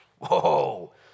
Whoa